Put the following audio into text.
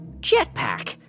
Jetpack